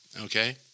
Okay